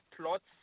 plots